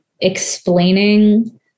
explaining